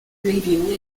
review